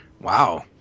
wow